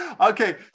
Okay